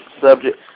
subject